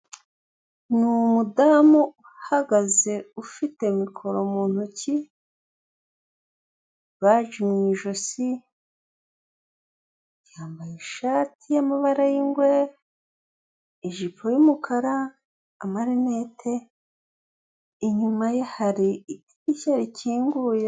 Ni umudamu uhagaze ufite mikoro mu ntoki, baji mu ijosi, yambaye ishati y'amabara y'ingwe, ijipo y'umukara, amarinete inyuma ye hari idirishya rikinguye.